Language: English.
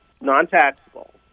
non-taxable